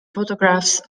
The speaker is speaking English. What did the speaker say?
photographs